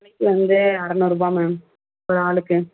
வந்து அறநூறுபா மேம் ஒரு ஆளுக்கு